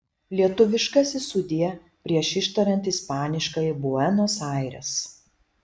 lietuviškasis sudie prieš ištariant ispaniškąjį buenos aires